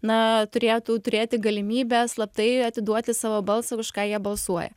na turėtų turėti galimybę slaptai atiduoti savo balsą už ką jie balsuoja